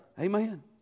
Amen